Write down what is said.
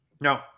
No